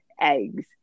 eggs